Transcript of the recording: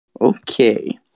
Okay